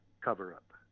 cover-up